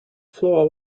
floor